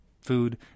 food